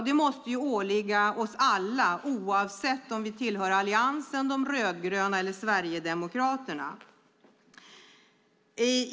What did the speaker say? Det måste åligga oss alla oavsett om vi tillhör Alliansen, de rödgröna eller Sverigedemokraterna.